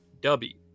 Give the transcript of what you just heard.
Dubby